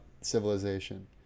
civilization